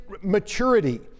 maturity